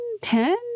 ten